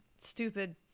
stupid